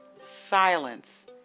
silence